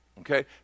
Okay